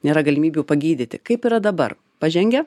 nėra galimybių pagydyti kaip yra dabar pažengę